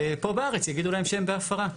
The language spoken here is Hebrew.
ופה בארץ יגידו להם שהם בהפרה.